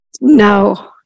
No